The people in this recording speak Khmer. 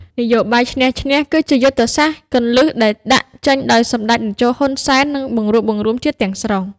នយោបាយឈ្នះ-ឈ្នះ គឺជាយុទ្ធសាស្ត្រគន្លឹះដែលដាក់ចេញដោយសម្តេចតេជោ ហ៊ុន សែន ដើម្បីបង្រួបបង្រួមជាតិទាំងស្រុង។